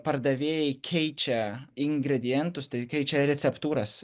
pardavėjai keičia ingredientus tai keičia receptūras